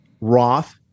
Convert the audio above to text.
Roth